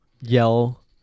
yell